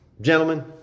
Gentlemen